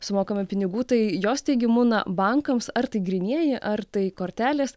sumokame pinigų tai jos teigimu na bankams ar tai grynieji ar tai kortelės